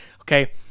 Okay